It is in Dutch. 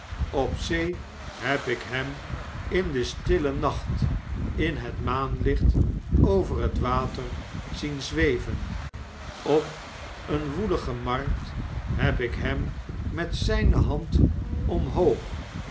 op zee heb ik hem in den stillen nacht in het maanlicht over het water zien zweven op eene woelige markt heb ik hem met zijne hand omhoog